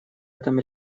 этом